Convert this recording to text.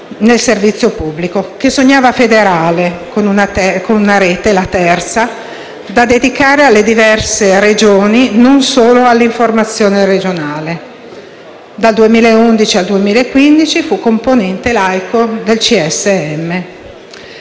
nel servizio pubblico che sognava federale, con una rete (la terza) da dedicare alle diverse Regioni e non solo all'informazione regionale. Dal 2011 al 2015 fu componente laico del CSM.